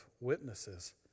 witnesses